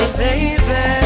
baby